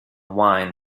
wine